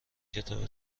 کتاب